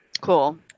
Cool